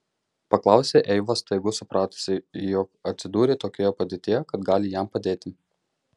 paklausė eiva staiga susipratusi jog atsidūrė tokioje padėtyje kad gali jam padėti